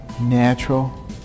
natural